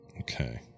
Okay